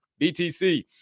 btc